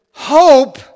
Hope